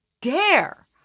dare